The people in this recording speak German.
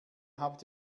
habt